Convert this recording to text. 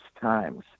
times